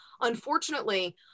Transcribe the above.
unfortunately